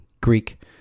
Greek